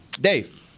Dave